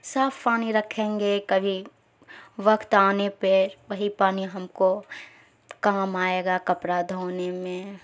صاف پانی رکھیں گے کبھی وقت آنے پہ وہی پانی ہم کو کام آئے گا کپڑا دھونے میں